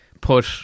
put